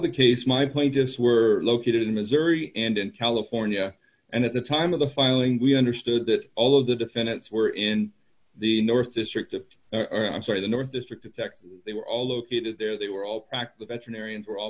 the case my point just were located in missouri and in california and at the time of the filing we understood that all of the defendants were in the north district or i'm sorry the north district of texas they were all located there they were all tracked the veterinarian for all